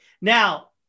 now